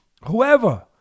whoever